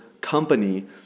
company